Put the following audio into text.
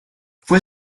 fue